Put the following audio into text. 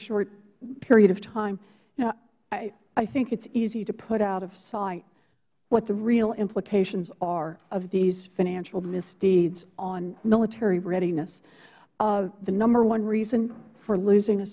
short period of time you know i think it's easy to put out of sight what the real implications are of these financial misdeeds on military readiness the number one reason for losing a